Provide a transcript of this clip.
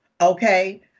Okay